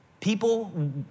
People